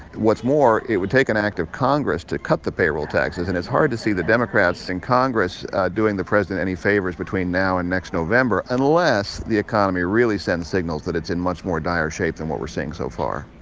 what's more, it would take an act of congress to cut the payroll taxes, and it's hard to see the democrats in congress doing the president any favors between now and next november unless the economy really sends signals that it's in much more dire shape than what we're seeing so far